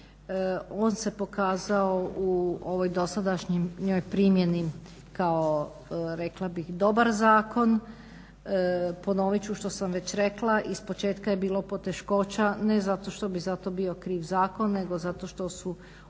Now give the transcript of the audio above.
One se pokazao u ovoj dosadašnjoj primjeni kao, rekla bih dobar zakon. Ponovit ću što sam već rekla, ispočetka je bilo poteškoća, ne zato što bi za to bio kriv zakona, nego zato što su oni